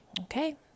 okay